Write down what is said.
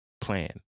plan